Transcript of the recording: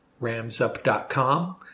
ramsup.com